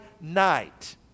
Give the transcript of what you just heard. night